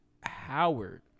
Howard